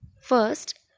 First